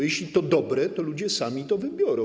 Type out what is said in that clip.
Jeśli to dobre, to ludzie sami to wybiorą.